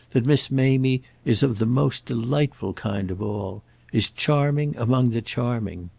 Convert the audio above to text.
that miss mamie is of the most delightful kind of all is charming among the charming.